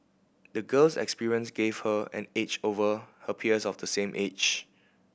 the girl's experience gave her an edge over her peers of the same age